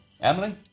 Emily